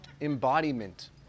embodiment